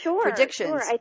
predictions